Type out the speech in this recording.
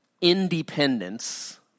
independence